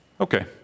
Okay